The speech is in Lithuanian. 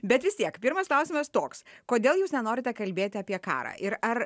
bet vis tiek pirmas klausimas toks kodėl jūs nenorite kalbėti apie karą ir ar